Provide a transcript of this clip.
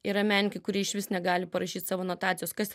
yra menininkai kurie išvis negali parašyt savo notacijos kas